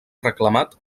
reclamat